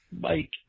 Mike